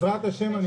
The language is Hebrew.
בעזרת ה', אני